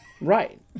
Right